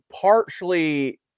partially